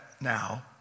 now